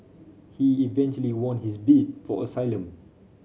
he eventually won his bid for asylum